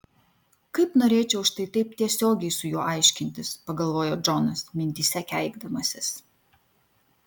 kaip norėčiau štai taip tiesiogiai su juo aiškintis pagalvojo džonas mintyse keikdamasis